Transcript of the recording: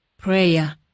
Prayer